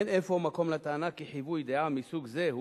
אין אפוא מקום לטענה כי חיווי דעה מסוג זה הוא